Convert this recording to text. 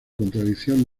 contradicción